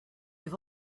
have